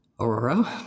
Aurora